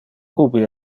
ubi